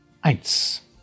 Eins